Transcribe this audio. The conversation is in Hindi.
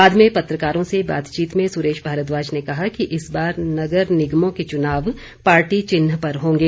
बाद में पत्रकारों से बातचीत में सुरेश भारद्वाज ने कहा कि इस बार नगर निगमों के चुनाव पार्टी चिन्ह पर होंगे